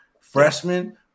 freshman